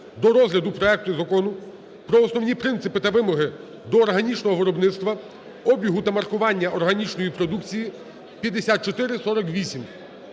до розгляду проекту Закону про основні принципи та вимоги до органічного виробництва, обігу та маркування органічної продукції (5448).